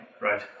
Right